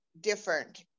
different